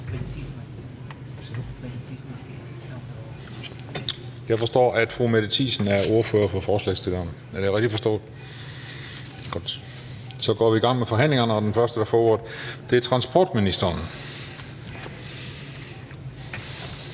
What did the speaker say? jeg forstår, at fru Mette Thiesen er ordfører for forslagsstillerne. Så går vi i gang med forhandlingerne, og den første, der får ordet, er transportministeren.